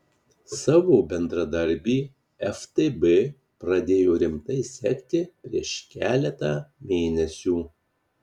savo bendradarbį ftb pradėjo rimtai sekti prieš keletą mėnesių